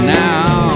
now